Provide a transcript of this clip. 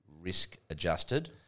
risk-adjusted